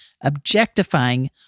objectifying